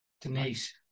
Denise